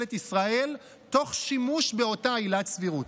ממשלת ישראל תוך שימוש באותה עילת סבירות.